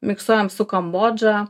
miksuojam su kambodža